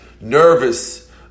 nervous